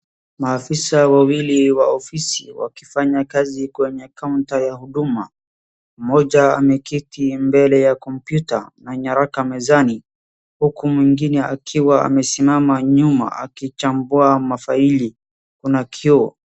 Maafisa wawili wa ofisi wakifanya kazi kwa kaunta ya huduma .Mmoja ameketi mbele ya kompyuta, na nyaraka mezani huku mwiningine akiwa amesimama nyuma akichambua mafaili. Kuna kioo.